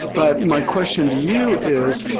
but my question to you is,